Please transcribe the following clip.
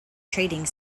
trading